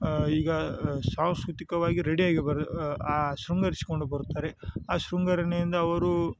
ಈಗ ಸಾಂಸ್ಕೃತಿಕವಾಗಿ ರೆಡಿಯಾಗಿ ಬರು ಆ ಶೃಂಗರಿಸಿಕೊಂಡು ಬರುತ್ತಾರೆ ಆ ಶೃಂಗರಣೆಯಿಂದ ಅವರು